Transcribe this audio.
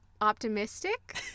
optimistic